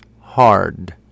hard